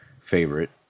favorite